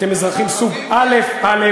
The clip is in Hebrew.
אתם אזרחים סוג א"א.